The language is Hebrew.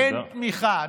אין תמיכה.